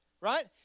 right